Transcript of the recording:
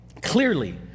clearly